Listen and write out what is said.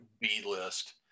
B-list